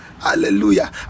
hallelujah